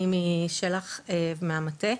אני משל"ח מהמטה,